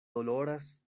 doloras